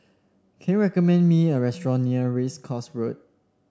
can you recommend me a restaurant near Race Course Road